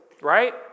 right